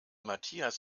matthias